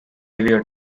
year